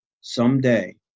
someday